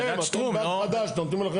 כן, אתם בנק חדש, נותנים לכם.